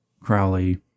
Crowley